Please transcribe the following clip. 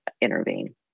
intervene